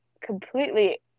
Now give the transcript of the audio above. completely